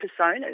personas